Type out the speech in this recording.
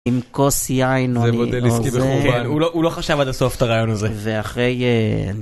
עם כוס יין - זה מודל עסקי מכוון הוא לא חשב עד הסוף את הרעיון הזה - ואחרי